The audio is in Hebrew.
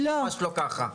זה ממש לא ככה.